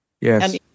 Yes